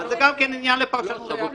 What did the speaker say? זה גם עניין לפרשנות.